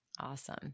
Awesome